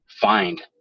find